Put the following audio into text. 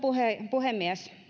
puhemies